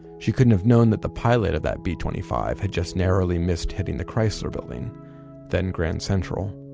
she couldn't have known that the pilot of that b twenty five had just narrowly missed hitting the chrysler building then grand central.